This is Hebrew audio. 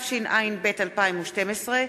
התשע"ב 2012,